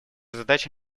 задача